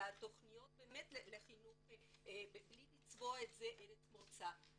אלא תכניות לחינוך בלי לצבוע לארץ מוצא.